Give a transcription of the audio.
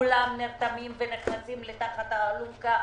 ושכולם נרתמים ונכנסים תחת האלונקה,